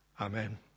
Amen